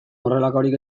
horrelakorik